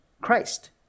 Christ